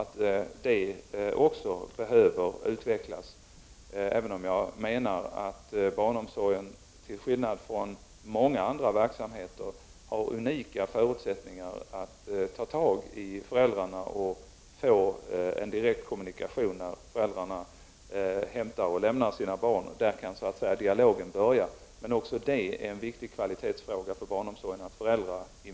Det behöver också utvecklas, även om jag menar att barnomsorgen till skillnad från många andra verksamheter har unika förutsättningar att ta tag i föräldrarna och få en direktkommunikation, när föräldrarna lämnar och hämtar sina barn. Där kan dialogen börja så att säga. Också ett förstärkt föräldrainflytande är en viktig kvalitetsfråga för barnomsorgen.